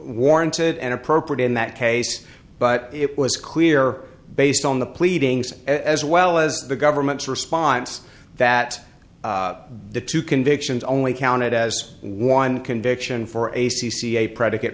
warranted and appropriate in that case but it was clear based on the pleadings as well as the government's response that the two convictions only counted as one conviction for a c c a predicate